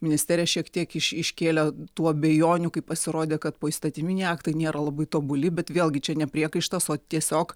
ministerija šiek tiek iš iškėlė tų abejonių kai pasirodė kad poįstatyminiai aktai nėra labai tobuli bet vėlgi čia ne priekaištas o tiesiog